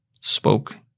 spoke